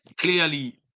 clearly